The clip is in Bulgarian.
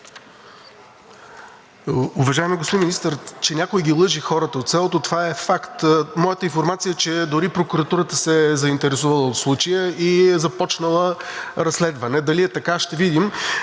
Уважаеми господин Министър, че някой ги лъже хората от селото, това е факт. Моята информация е, че дори прокуратурата се е заинтересувала от случая и е започнала разследване. Дали е така, ще видим.